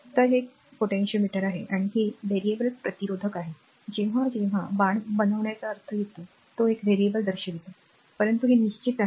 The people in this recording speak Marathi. तर हे एक संभाव्य मीटर आहे आणि हे व्हेरिएबल प्रतिरोधक आहे जेव्हा जेव्हा बाण बनवण्याचा अर्थ होतो तो एक व्हेरिएबल दर्शवितो परंतु हे निश्चित आहे